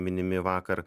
minimi vakar